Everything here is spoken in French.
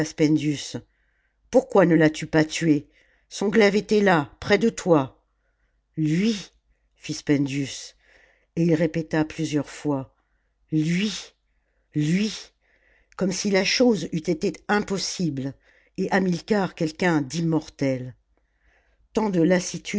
pourquoi ne l'as-tu pas tué son glaive était là près de toi lui fit spendius et il répéta plusieurs fois lui lui comme si la chose eût été impossible et hamilcar quelqu'un d'immortel tant de